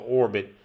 orbit